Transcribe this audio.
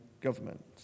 government